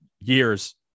years